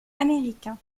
américain